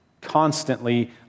constantly